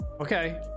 Okay